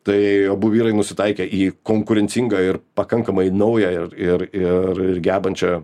tai abu vyrai nusitaikę į konkurencingą ir pakankamai naują ir ir ir ir gebančią